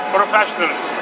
professionals